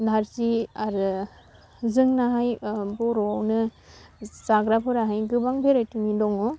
नारजि आरो जोंनाहाय बर'आवनो जाग्राफोराहाय गोबां भेराइटिनि दङ